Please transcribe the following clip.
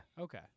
Okay